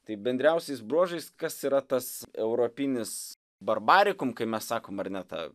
tai bendriausiais bruožais kas yra tas europinis barbarikum kai mes sakome ar ne ta